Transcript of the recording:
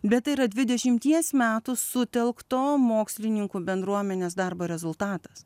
bet tai yra dvidešimties metų sutelkto mokslininkų bendruomenės darbo rezultatas